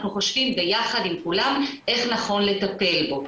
חושבים ביחד עם כולם איך נכון לטפל בו.